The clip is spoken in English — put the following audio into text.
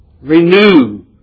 Renew